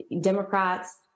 Democrats